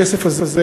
הכסף הזה,